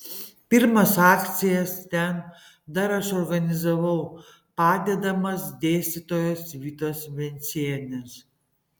pirmas akcijas ten dar aš organizavau padedamas dėstytojos vitos vencienės